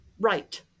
Right